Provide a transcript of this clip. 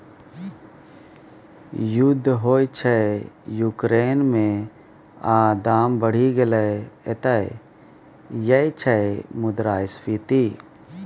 युद्ध होइ छै युक्रेन मे आ दाम बढ़ि गेलै एतय यैह छियै मुद्रास्फीति